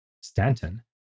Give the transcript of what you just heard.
Stanton